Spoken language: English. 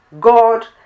God